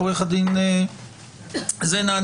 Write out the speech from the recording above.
עו"ד זנה,